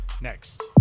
next